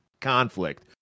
conflict